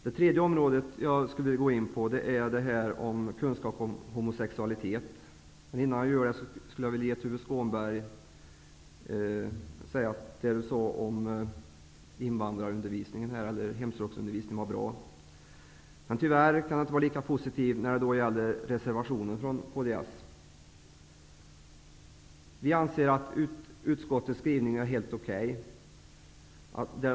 Det tredje området jag skull vilja gå in på är detta om kunskap om homosexualitet. Innan jag gör det vill jag säga att det Tuve Skånberg sade om hemspråksundervisningen var bra. Men tyvärr kan jag inte vara lika positiv när det gäller reservationen från kds. Vi anser att utskottets skrivning är helt okej.